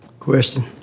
Question